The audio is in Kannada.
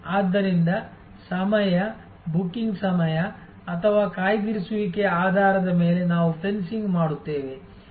ಆದ್ದರಿಂದ ಸಮಯ ಬುಕಿಂಗ್ ಸಮಯ ಅಥವಾ ಕಾಯ್ದಿರಿಸುವಿಕೆಯ ಆಧಾರದ ಮೇಲೆ ನಾವು ಫೆನ್ಸಿಂಗ್ ಮಾಡುತ್ತೇವೆ